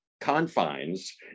confines